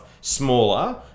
smaller